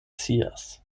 scias